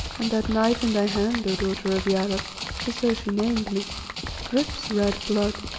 and that knife in thy hand, o daughter of yarab' for so she named me drips red blood.